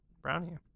brownie